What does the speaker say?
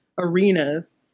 arenas